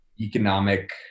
economic